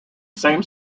same